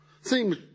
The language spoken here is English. Seems